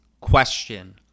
question